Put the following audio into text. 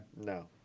No